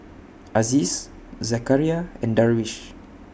Aziz Zakaria and Darwish